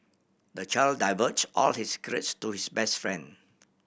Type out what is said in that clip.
the child divulged all his secrets to his best friend